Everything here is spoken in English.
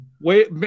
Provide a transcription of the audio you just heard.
Wait